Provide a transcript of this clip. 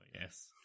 yes